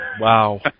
Wow